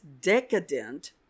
decadent